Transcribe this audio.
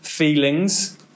Feelings